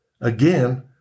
Again